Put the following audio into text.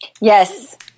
Yes